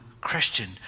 Christian